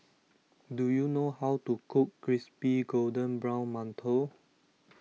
do you know how to cook Crispy Golden Brown Mantou